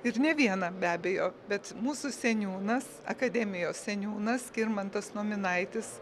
ir ne vieną be abejo bet mūsų seniūnas akademijos seniūnas skirmantas nominaitis